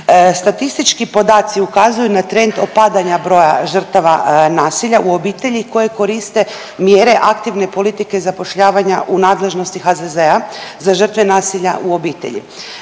Statistički podaci ukazuju na trend opadanja broja žrtava nasilja u obitelji koje koriste mjere aktivne politike zapošljavanja u nadležnosti HZZ-a za žrtve nasilja u obitelji.